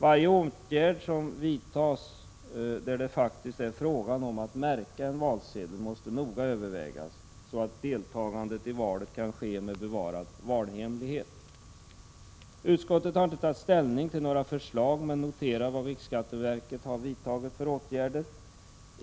Varje åtgärd som vidtas där det faktiskt är fråga om att märka en valsedel måste noga övervägas så att deltagandet i valet kan ske med bevarad valhemlighet. Utskottet har inte tagit ställning till några förslag men noterar vilka åtgärder riksskatteverket har vidtagit.